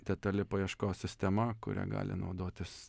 detali paieškos sistema kuria gali naudotis